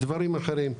דברים אחרים.